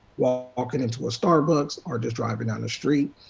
walking into a starbucks or just driving down the street.